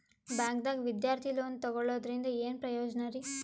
ಬ್ಯಾಂಕ್ದಾಗ ವಿದ್ಯಾರ್ಥಿ ಲೋನ್ ತೊಗೊಳದ್ರಿಂದ ಏನ್ ಪ್ರಯೋಜನ ರಿ?